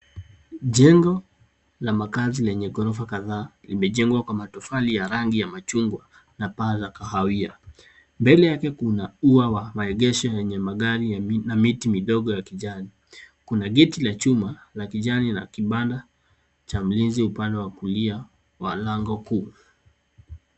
Jengo la makazi lenye ghorofa kadhaa limejengwa kwa matofali ya rangi ya machungwa na paa la kahawia. Mbele yake kuna ua wa maegesho yenye magari na miti midogo ya kijani. Kuna gate la chuma la kijani na kibanda cha mlinzi upande wa kulia wa mlango kuu.